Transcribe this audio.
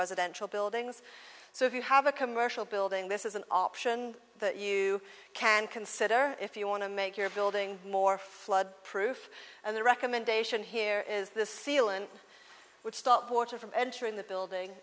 residential buildings so if you have a commercial building this is an option that you can consider if you want to make your building more flood proof and the recommendation here is the sealant would stop water from entering the building